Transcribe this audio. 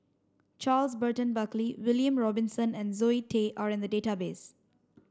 Charles Burton Buckley William Robinson and Zoe Tay are in the database